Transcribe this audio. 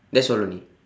that's all only